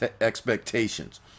expectations